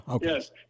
Yes